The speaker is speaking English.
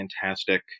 fantastic